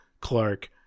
clark